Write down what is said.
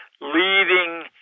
leading